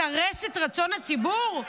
מסרס את רצון הציבור?